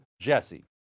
Jesse